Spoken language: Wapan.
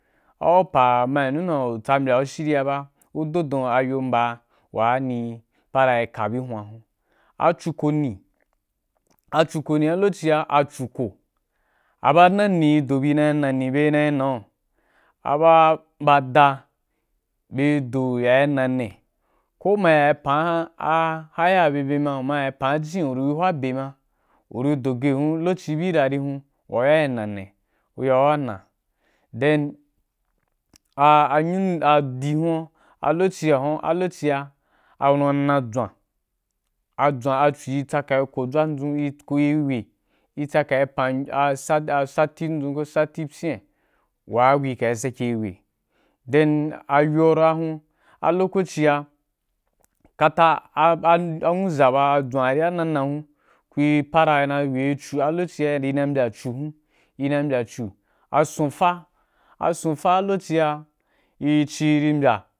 Au pa ma yínu dan u tsau m biya shiriba u do dun don a yo mba wa ni yi para ka bye huan hun. A cikoni, a cikoni, a lokocia a cu ko a ba nani ri do bi na yi na ni bye ri na yi náu. Aba ba ba, bye do ri ya yi na ne ko ma yi pan a hire bye-bye na umaya ya pan jen uri bi hwa be, ma uri do ge hun, lokocí bii ra hun, wa u ya nane, u hwa u ya na, then a adi ma, a lokaci wa u nan, a lokoci, a lokoci a wunu a na jʒwan, a jʒwan a cu ri tsaka a ko dʒwan dz. un kun kuri wei yi tsaka ya pan a satin dʒun ko sati pyina wa’a ku ri ca sake yi weí then ayo’ a ra hun a lokoci’a kata a a a nwudʒa ba dʒwa a rí ana na hun ku ri para na yi weí cu, a lokocia iri na yi mbya cu hun, i ni na yi mbya cu, a sun fa, a sun fa ꞌ a a lokoci’a i ci i ri mbya